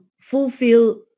fulfill